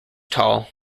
tall